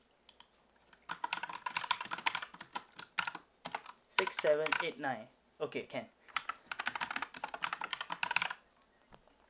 six seven eight nine okay can